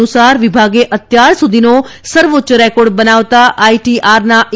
અનુસાર વિભાગે અત્યાર સુધીનો સર્વોચ્ય રેકોર્ડ બનાવતા આઈટીઆરના ઈ